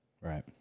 Right